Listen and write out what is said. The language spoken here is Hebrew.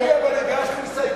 אבל אני הגשתי הסתייגויות,